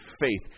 faith